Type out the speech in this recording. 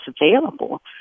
available